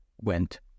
went